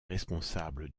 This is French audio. responsable